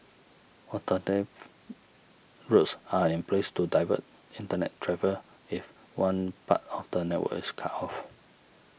alternative routes are in place to divert Internet travel if one part of the network is cut off